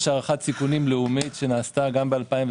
יש הערכת סיכונים לאומית שנעשתה גם ב-2017,